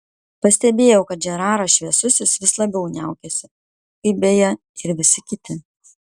pastebėjau kad žeraras šviesusis vis labiau niaukiasi kaip beje ir visi kiti